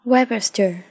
Webster